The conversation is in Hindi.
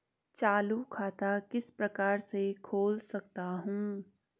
चालू खाता किस प्रकार से खोल सकता हूँ?